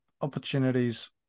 opportunities